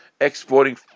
exporting